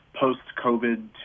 post-COVID